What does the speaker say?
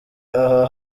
aha